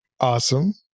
awesome